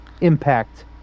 impact